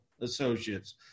associates